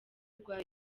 rwa